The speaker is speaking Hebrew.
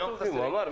הוא אמר ,